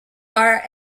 are